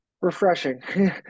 refreshing